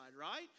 right